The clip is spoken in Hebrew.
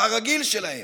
זה הרגיל שלהם.